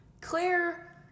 Claire